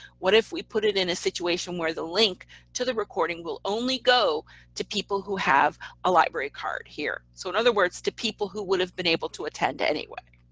what if we put it in a situation where the link to the recording will only go to people who have a library card here. so in other words to people who would have been able to attend anyway.